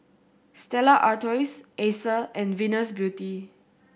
Stella Artois Acer and Venus Beauty